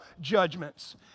judgments